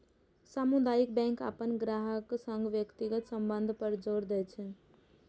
सामुदायिक बैंक अपन ग्राहकक संग व्यक्तिगत संबंध पर जोर दै छै